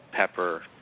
pepper